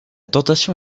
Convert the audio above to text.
tentation